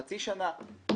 חצי שנה,